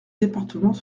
départements